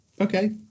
Okay